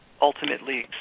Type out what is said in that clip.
ultimately